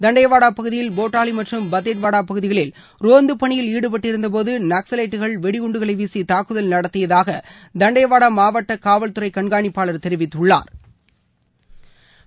தன்டேவாடா பகுதியில் போட்டாலி மற்றும் பத்தேட்வாடா பகுதிகளில் ரோந்து பணியில் ாடுபட்டிருந்தபோது நக்ஸலிட்டுகள் வெடிகுண்டுகளை வீசி தாக்குதல் நடத்தியதாக தண்டேவாடா மாவட்ட காவல்துறை கண்காணிப்பாளர் திரு அபிஷேக் பல்லவ் தெரிவித்தாா்